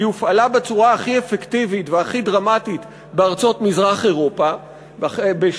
היא הופעלה בצורה הכי אפקטיבית והכי דרמטית בארצות מזרח-אירופה בשנות